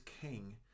king